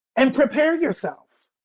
and prepare yourself.